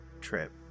trip